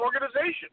organization